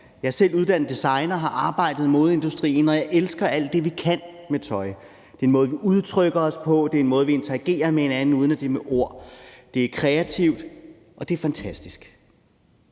Jeg er selv uddannet designer og har arbejdet i modeindustrien, og jeg elsker alt det, vi kan, med tøj. Det er en måde, vi udtrykker os på; det er en måde, vi interagerer med hinanden på, uden at det er med ord. Det er kreativt, og det er fantastisk.